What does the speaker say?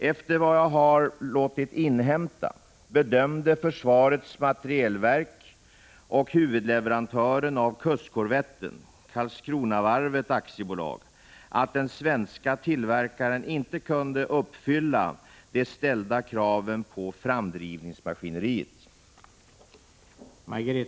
Efter vad jag har låtit inhämta bedömde försvarets materielverk och huvudleverantören av kustkorvetten, Karlskronavarvet AB, att den svenska tillverkaren inte kunde uppfylla de ställda kraven på framdrivningsmaskineriet.